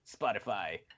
Spotify